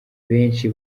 benshi